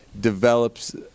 develops